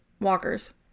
walkers